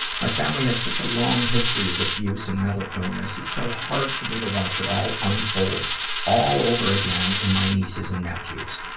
my family has such a long history of abuse and mental illness, it's so hard for me to watch it all unfold all over again in my nieces and nephews.